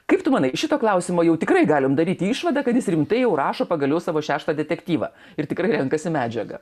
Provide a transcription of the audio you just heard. kaip tu manai šito klausimo jau tikrai galim daryti išvadą kad jis rimtai jau rašo pagaliau savo šeštą detektyvą ir tikrai renkasi medžiagą